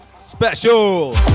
Special